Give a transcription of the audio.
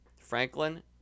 Franklin